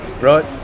right